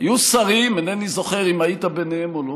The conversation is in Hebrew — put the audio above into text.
היו שרים, אינני זוכר אם היית ביניהם או לא,